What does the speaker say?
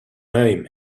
name